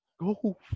go